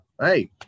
hey